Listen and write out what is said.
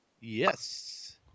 Yes